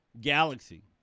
galaxy